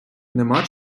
нема